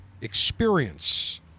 experience